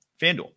FanDuel